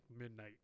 midnight